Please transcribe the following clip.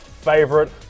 Favorite